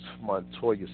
Montoya